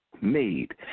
made